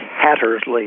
Hattersley